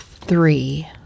three